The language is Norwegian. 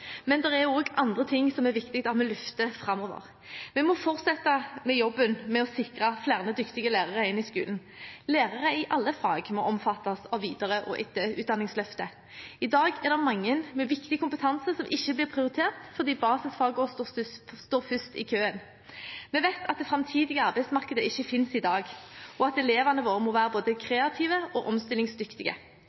Men det er også andre ting som er viktig at vi løfter framover. Vi må fortsette med jobben med å sikre flere dyktige lærere inn i skolen. Lærere i alle fag må omfattes av videre- og etterutdanningsløftet. I dag er det mange med viktig kompetanse som ikke blir prioritert, fordi basisfagene står først i køen. Vi vet at det framtidige arbeidsmarkedet ikke finnes i dag, og at elevene våre må være både kreative og omstillingsdyktige.